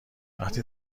وقتی